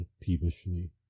peevishly